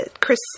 Chris